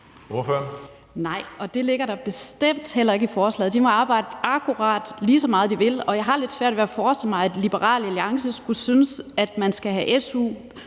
Nej, og det ligger der bestemt heller ikke i forslaget. De må arbejde akkurat lige så meget, som de vil. Og jeg har lidt svært ved at forestille mig, at Liberal Alliance skulle synes, at man skal have